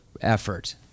effort